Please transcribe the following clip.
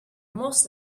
most